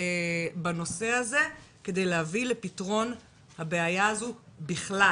בנושא הזה, כדי להביא לפתרון הבעיה הזאת בכלל.